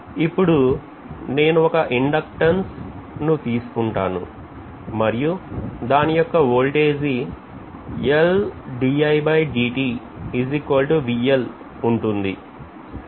ఇప్పుడు నేను ఒక inductance ను తీసుకుంటాను మరియు దాని యొక్క ఓల్టేజీ ఉంటుంది